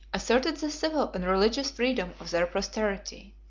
asserted the civil and religious freedom of their posterity.